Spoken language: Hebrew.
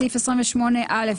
בסעיף 28א,